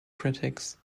critics